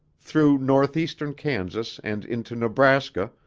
through north-eastern kansas and into nebraska,